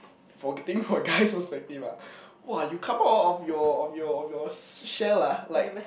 for think for guys perspectiveah !wah! you come out of your of your of yours shell lah like